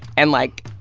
and, like,